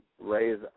raise